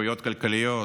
זכויות כלכליות,